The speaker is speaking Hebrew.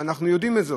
ואנחנו יודעים את זה,